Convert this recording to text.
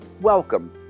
Welcome